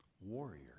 Warrior